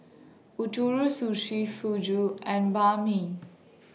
Ootoro Sushi Fugu and Banh MI